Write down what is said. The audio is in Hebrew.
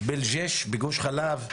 בגוש חלב,